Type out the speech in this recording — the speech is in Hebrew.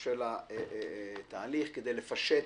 של התהליך כדי לפשט,